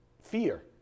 fear